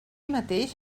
mateix